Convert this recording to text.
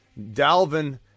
Dalvin